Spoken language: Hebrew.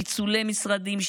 פיצולי משרדים,